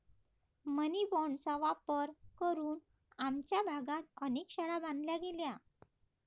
मनी बाँडचा वापर करून आमच्या भागात अनेक शाळा बांधल्या गेल्या